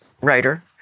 writer